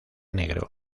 negro